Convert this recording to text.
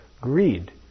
greed